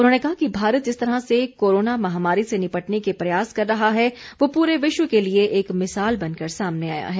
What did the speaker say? उन्होंने कहा कि भारत जिस तरह से कोरोना महामारी से निपटने के प्रयास कर रहा है वो पूरे विश्व के लिए एक मिसाल बनकर सामने आया है